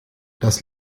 das